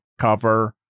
cover